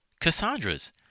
Cassandra's